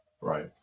Right